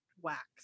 wax